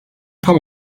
tam